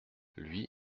lui